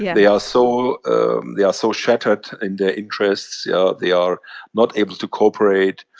yeah they are so ah they are so shattered in their interests. yeah they are not able to cooperate.